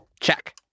Check